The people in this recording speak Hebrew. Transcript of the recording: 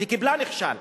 וקיבלה "נכשל".